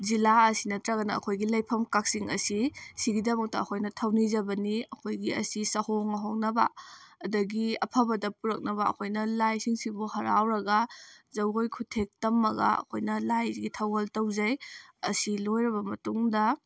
ꯖꯤꯜꯂꯥ ꯑꯁꯤ ꯅꯠꯇ꯭ꯔꯒꯅ ꯑꯩꯈꯣꯏꯒꯤ ꯂꯩꯐꯝ ꯀꯛꯆꯤꯡ ꯑꯁꯤ ꯁꯤꯒꯤꯗꯃꯛꯇ ꯑꯩꯈꯣꯏꯅ ꯊꯧꯅꯤꯖꯕꯅꯤ ꯑꯩꯈꯣꯏꯒꯤ ꯑꯁꯤ ꯆꯥꯍꯣꯡ ꯉꯥꯍꯣꯡꯅꯕ ꯑꯗꯒꯤ ꯑꯐꯕꯗ ꯄꯨꯔꯛꯅꯕ ꯑꯩꯈꯣꯏꯅ ꯂꯥꯏꯁꯤꯡꯁꯤꯕꯨ ꯍꯔꯥꯎꯔꯒ ꯖꯒꯣꯏ ꯈꯨꯠꯊꯦꯛ ꯇꯝꯂꯒ ꯑꯩꯈꯣꯏꯅ ꯂꯥꯏ ꯑꯁꯤꯒꯤ ꯊꯧꯒꯜ ꯇꯧꯖꯩ ꯑꯁꯤ ꯂꯣꯏꯔꯕ ꯃꯇꯨꯡꯗ